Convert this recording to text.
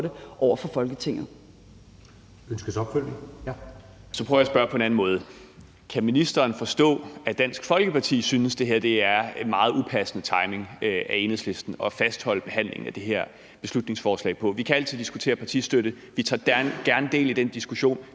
10:32 Peter Kofod (DF): Så prøver jeg at spørge på en anden måde. Kan ministeren forstå, at Dansk Folkeparti synes, at det her er en meget upassende timing af Enhedslisten at fastholde behandlingen af det her beslutningsforslag? Vi kan altid diskutere partistøtte. Vi tager gerne del i den diskussion.